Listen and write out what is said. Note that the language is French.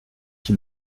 qui